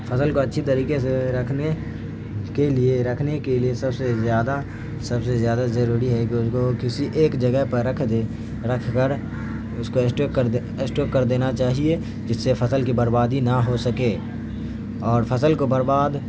فصل کو اچھی طریقے سے رکھنے کے لیے رکھنے کے لیے سب سے زیادہ سب سے زیادہ ضروری ہے کہ ان کو کسی ایک جگہ پر رکھ دیں رکھ کر اس کو اسٹور کر دیں اسٹور کر دینا چاہیے جس سے فصل کی بربادی نہ ہو سکے اور فصل کو برباد